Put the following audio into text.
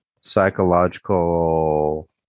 psychological